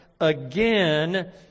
again